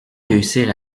réussir